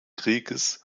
krieges